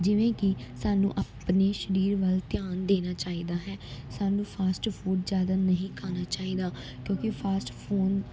ਜਿਵੇਂ ਕਿ ਸਾਨੂੰ ਆਪਣੇ ਸਰੀਰ ਵੱਲ ਧਿਆਨ ਦੇਣਾ ਚਾਹੀਦਾ ਹੈ ਸਾਨੂੰ ਫਾਸਟ ਫੂਡ ਜ਼ਿਆਦਾ ਨਹੀਂ ਖਾਣਾ ਚਾਹੀਦਾ ਕਿਉਂਕਿ ਫਾਸਟ ਫੂਡ